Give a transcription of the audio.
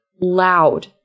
loud